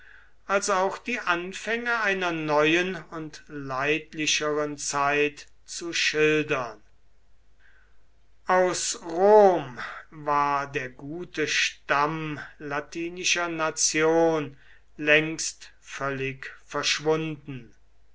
als auch die anfänge einer neuen und leidlicheren zeit zu schildern aus rom war der gute stamm latinischer nation längst völlig verschwunden